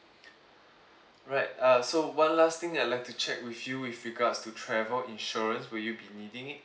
alright uh so one lasting thing I'd like to check with you with regards to travel insurance will you be needing it